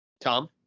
Tom